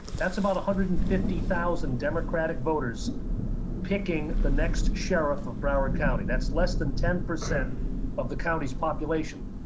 that's about one hundred and fifty thousand democratic voters picking the next sheriff of broward county. that's less than ten percent of the county's population.